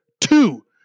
two